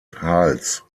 hals